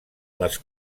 les